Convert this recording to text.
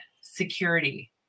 security